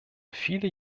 viele